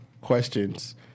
questions